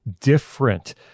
different